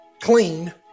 Clean